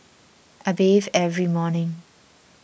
I bathe every morning